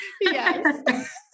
Yes